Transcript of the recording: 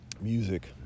music